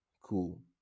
Cool